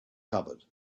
covered